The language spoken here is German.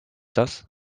das